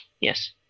Yes